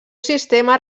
sistema